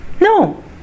No